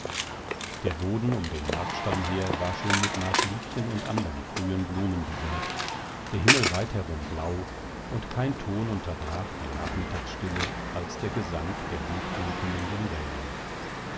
der boden um den markstein her war schon mit maßliebchen und andern frühen blumen besät der himmel weit herum blau und kein ton unterbrach die nachmittagsstille als der gesang der buchfinken in den wäldern